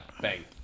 Bang